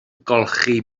golchi